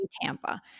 Tampa